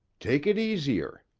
take it easier.